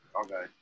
Okay